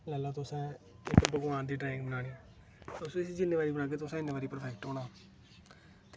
ते एह् आह्ला तुसें इक भगवान दी ड्राइंग बनानी तुस उस्सी जिन्ने बारी बनागे उन्ने बारी परफैक्ट होना